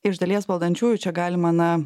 iš dalies valdančiųjų čia galima na